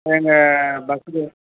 ஏங்க பஸ்ஸுக்கு